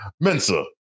Mensa